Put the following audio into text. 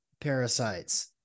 parasites